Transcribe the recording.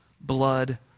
blood